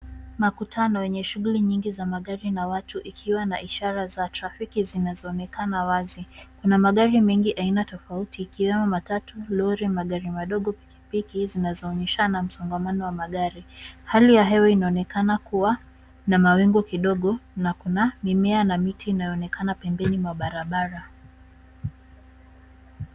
Makutano yenye shughuli nyingi za magari na watu, ikiwa na ishara za trafiki zinazoonekana wazi. Kuna magari mengi aina tofauti ikiwemo matatu, lori, magari madogo, pikipiki, zinazoonyeshana msongamano wa magari. Hali ya hewa inaonekana kuwa na mawingu kidogo na kuna mimea na miti inayoonekana pembeni mwa barabara.